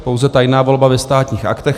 Pouze tajná volba ve Státních aktech.